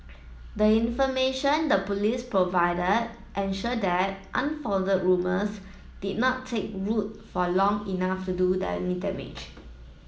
the information the Police provided ensure that unfounded rumours did not take root for long enough to do any damage